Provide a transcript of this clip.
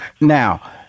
Now